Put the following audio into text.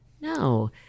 No